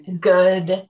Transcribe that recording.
good